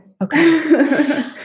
Okay